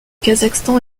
kazakhstan